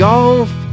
Golf